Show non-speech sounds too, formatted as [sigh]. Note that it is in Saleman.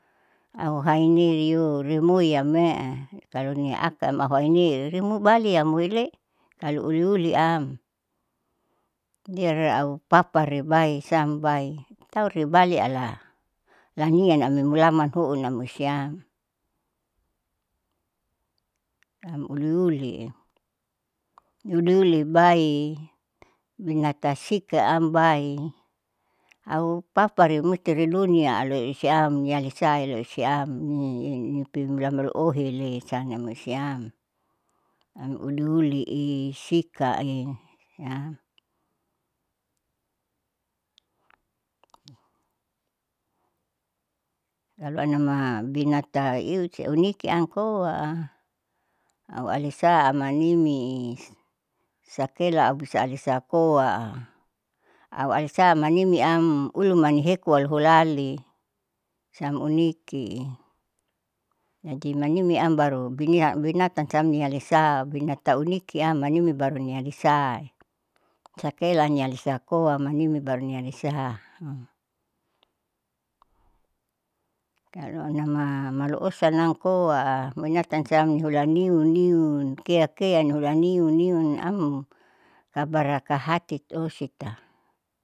Auhainiu iruiame'e kalo niakaam ahuni rimu balia amoile. Kalo uliuliam biara aupapari bae siam bae tauri bale lanian amoi mulaman hounam usian am uliuli, uliuli bae binata sikaam bae au papari musti ilunia aloisiam nialisa eloisiam [noise] nipimulaman ohili siam amoi siam au uliuli i sika i [noise] lalu aunuma binatang iusi uniki amkoa aualisa amanimi sakaela aubisa alisa koa au alisa manimiam ulumanehual holali siam ukini jadi manimi am baru binia binatan siam nialisa binama unikiam manimi baru nialisa sakela nialisa koa manimi baru nialisa. [noise] kalo inama malu osi sanang koa binatan siam hula niu niun keakea nihula niuniun am kabarakahati osita.